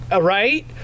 right